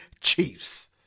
Chiefs